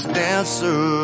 dancer